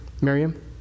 Miriam